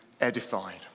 edified